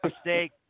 steak